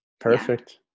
Perfect